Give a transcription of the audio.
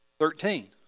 Thirteen